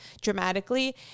dramatically